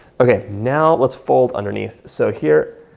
okay, now let's fold underneath. so here,